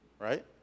right